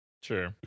Sure